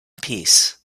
peace